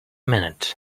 minute